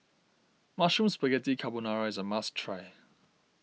Mushroom Spaghetti Carbonara is a must try